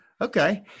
Okay